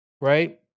right